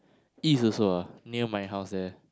east also ah near my house there